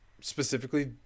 Specifically